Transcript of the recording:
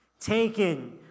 Taken